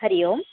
Hari Om